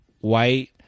white